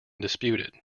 disputed